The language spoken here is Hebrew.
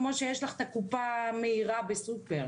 כמו שיש לך את הקופה המהירה בסופר.